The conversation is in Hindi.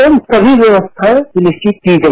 इन सभी व्यवस्थाएं सुनिश्चित की गई